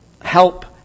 help